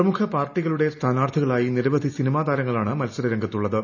പ്രമുഖ പാർട്ടികളുടെ സ്ഥാനാർത്ഥികളായി നിരവധി സിനിമാ താരങ്ങളാണ് മത്സര രംഗത്തുള്ളത്